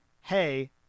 Hey